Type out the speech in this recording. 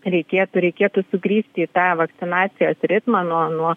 reikėtų reikėtų sugrįžti į tą vakcinacijos ritmą nuo nuo